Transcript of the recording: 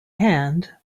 hand